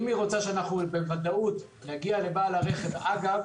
אם היא רוצה שאנחנו בוודאות נגיע לבעל הרכב אגב